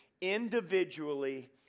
individually